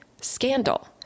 scandal